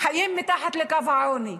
חיים מתחת לקו העוני.